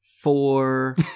four